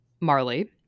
marley